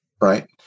right